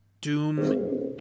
Doom